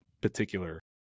particular